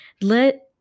Let